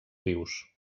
vius